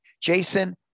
jason